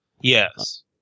Yes